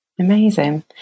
Amazing